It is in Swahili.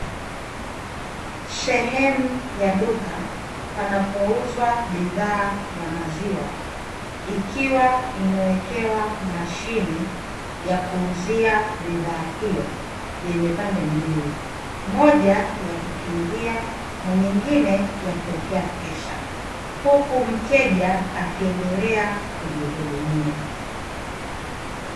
Sehemu ya duka panapouzwa bidhaa ya maziwa, ikiwa imewekewa mashine ya kuuzia bidhaa hiyo yenye pande mbili, moja ya kukingia na nyingine ya kuwekea pesa. Huku mteja akiendelea kujihudumia.